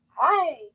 Hi